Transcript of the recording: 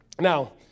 Now